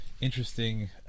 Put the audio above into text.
interesting